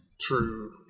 True